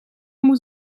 moet